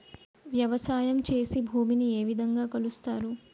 వ్యవసాయం చేసి భూమిని ఏ విధంగా కొలుస్తారు?